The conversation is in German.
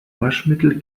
waschmittel